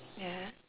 ya